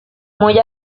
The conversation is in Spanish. muy